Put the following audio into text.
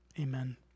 amen